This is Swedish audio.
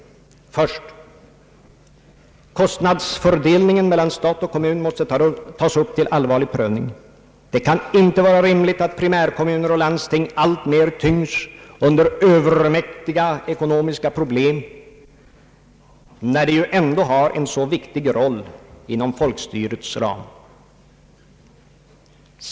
Först: kostnadsfördelningen mellan stat och kommun måste tas upp till allvarlig prövning. Det kan inte vara rimligt att primärkommuner och landsting alltmer tyngs under övermäktiga ekonomiska problem, när de ju ändå har en så viktig roll inom folkstyrets ram.